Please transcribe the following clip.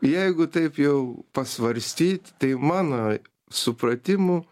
jeigu taip jau pasvarstyt tai mano supratimu